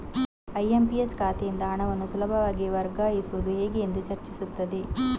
IMPS ಖಾತೆಯಿಂದ ಹಣವನ್ನು ಸುಲಭವಾಗಿ ವರ್ಗಾಯಿಸುವುದು ಹೇಗೆ ಎಂದು ಚರ್ಚಿಸುತ್ತದೆ